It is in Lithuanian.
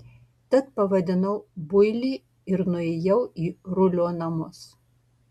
tad pavadinau builį ir nuėjau į rulio namus